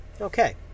Okay